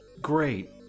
Great